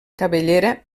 cabellera